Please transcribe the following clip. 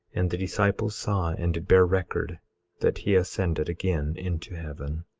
and the disciples saw and did bear record that he ascended again into heaven.